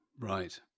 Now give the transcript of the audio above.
Right